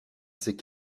ses